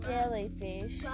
Jellyfish